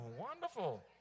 Wonderful